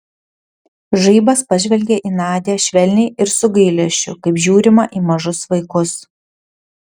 žaibas pažvelgė į nadią švelniai ir su gailesčiu kaip žiūrima į mažus vaikus